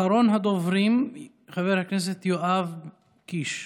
אחרון הדוברים, חבר הכנסת יואב קיש.